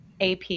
AP